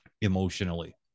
emotionally